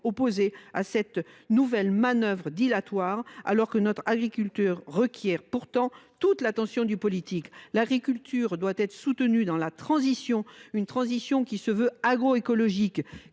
opposé à cette nouvelle manœuvre dilatoire, alors que l’agriculture requiert toute l’attention du politique. L’agriculture doit être soutenue pour accomplir une transition qui se veut agroécologique.